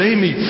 Amy